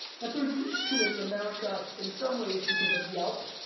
but they're used to it in america in some ways because of yelp,